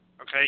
okay